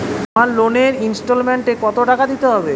আমার লোনের ইনস্টলমেন্টৈ কত টাকা দিতে হবে?